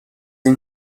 این